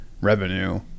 revenue